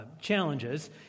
Challenges